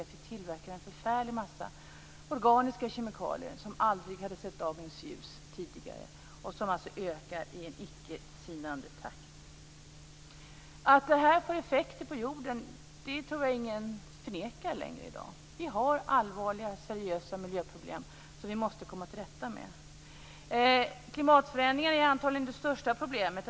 Dessutom tillverkar vi en förfärlig massa organiska kemikalier som aldrig hade sett dagens ljus tidigare och som alltså ökar i en icke sinande takt. Att det här får effekter på jorden tror jag ingen förnekar längre i dag. Vi har allvarliga, seriösa miljöproblem som vi måste komma till rätta med. Klimatförändringar är antagligen det största problemet.